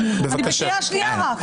אני רק בקריאה שנייה.